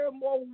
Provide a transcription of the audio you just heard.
more